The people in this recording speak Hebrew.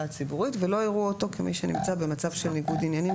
מעורבת בזה וזה לפי סיווגים כלליים של תאגיד.